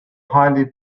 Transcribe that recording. highly